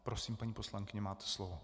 Prosím, paní poslankyně, máte slovo.